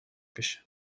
بشه